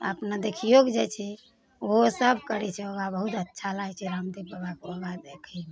अपना देखियोके जाइ छै ओहो सब करै छै योगा बहुत अच्छा लागै छै रामदेव बाबाके योगा देखैमे